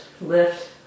lift